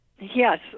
Yes